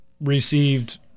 received